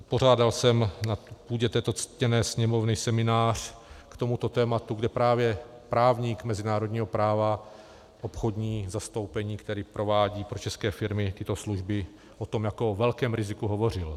Pořádal jsem na půdě této ctěné Sněmovny seminář k tomuto tématu, kde právě právník mezinárodního práva, obchodní zastoupení, který provádí pro české firmy tyto služby, o tom jako o velkém riziku hovořil.